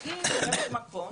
האם יש מקום,